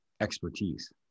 expertise